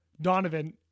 Donovan